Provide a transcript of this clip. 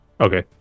Okay